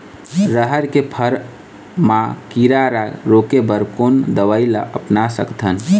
रहर के फर मा किरा रा रोके बर कोन दवई ला अपना सकथन?